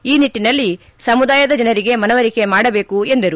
ಈ ನಿಟ್ಟನಲ್ಲಿ ಸಮುದಾಯದ ಜನರಿಗೆ ಮನವರಿಕೆ ಮಾಡಬೇಕು ಎಂದರು